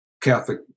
Catholic